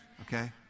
Okay